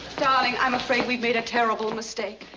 darling, i'm afraid we've made a terrible mistake.